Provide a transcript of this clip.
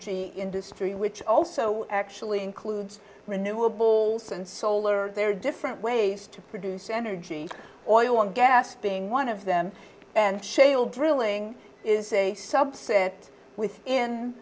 y industry which also actually includes renewables and solar there are different ways to produce energy oil and gas being one of them and shale drilling is a subset with in